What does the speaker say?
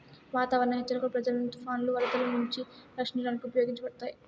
వాతావరణ హెచ్చరికలు ప్రజలను తుఫానులు, వరదలు నుంచి రక్షించడానికి ఉపయోగించబడతాయి